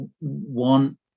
one